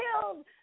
killed